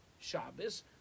Shabbos